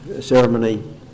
ceremony